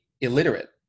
illiterate